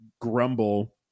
grumble